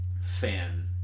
fan